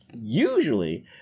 usually